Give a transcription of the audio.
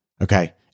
okay